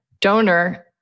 donor